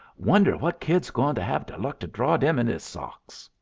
wonder what kid's goin' to have de luck to draw dem in his socks?